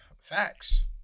Facts